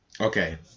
okay